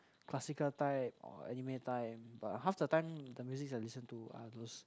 classical type or anime type but half the time the musics are listen to are those